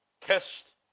kissed